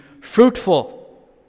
fruitful